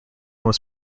was